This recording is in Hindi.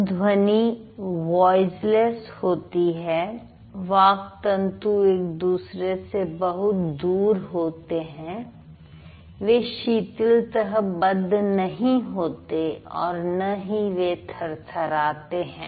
जब ध्वनि वॉइसलेस होती है वाक् तंतु एक दूसरे से बहुत दूर होते हैं वे शिथिलतःबध नहीं होते और ना ही वे थरथराते हैं